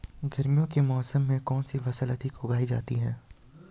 गर्मियों के मौसम में कौन सी फसल अधिक उगाई जाती है?